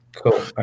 Cool